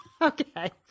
Okay